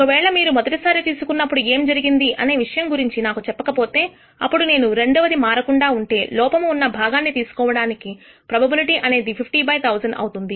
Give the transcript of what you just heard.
ఒకవేళ మీరు మొదటి సారి తీసుకున్నప్పుడు ఏమి జరిగింది అనే విషయం గురించి నాకు చెప్పకపోతే అప్పుడు నేను రెండవది మారకుండా ఉంటే లోపము ఉన్నభాగాన్ని తీసుకోవడానికి ప్రోబబిలిటీ అనేది 50 బై 1000 అవుతుంది